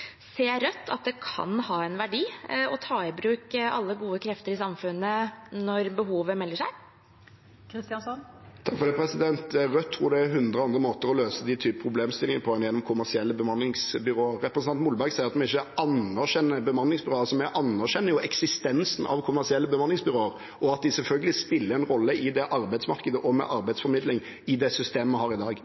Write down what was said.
Ser Rødt at det kan ha en verdi å ta i bruk alle gode krefter i samfunnet når behovet melder seg? Rødt tror det er hundre andre måter å løse den typen problemstillinger på enn gjennom kommersielle bemanningsbyråer. Representanten Molberg sier at vi ikke anerkjenner bemanningsbyråer. Vi anerkjenner jo eksistensen av kommersielle bemanningsbyråer, og at de selvfølgelig spiller en rolle i arbeidsmarkedet med arbeidsformidling i det systemet vi har i dag.